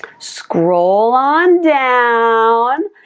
scroll on down,